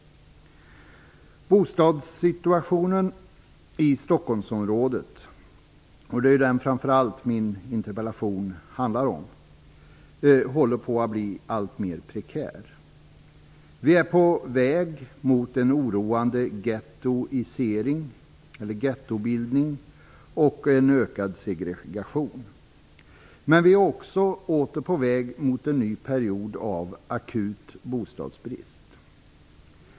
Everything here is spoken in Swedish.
Bostadssituationen i Stockholmsområdet - och det är ju framför allt den min interpellation handlar om - håller på att bli alltmer prekär. Vi är på väg mot en oroande gettoisering och ökad segregation. Men vi är också åter på väg mot en ny period av akut bostadsbrist.